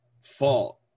fault